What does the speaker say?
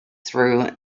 through